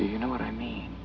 do you know what i mean